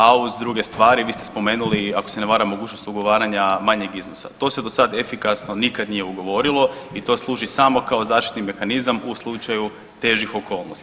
A uz druge stvari vi ste spomenuli ako se ne varam mogućnost ugovaranja manjeg iznosa, to se do sad efikasno nikad nije ugovorilo i to služi samo kao zaštitni mehanizam u slučaju težih okolnosti.